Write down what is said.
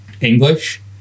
English